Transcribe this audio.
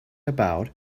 about